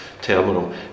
terminal